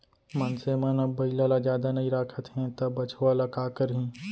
मनसे मन अब बइला ल जादा नइ राखत हें त बछवा ल का करहीं